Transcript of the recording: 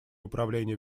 управления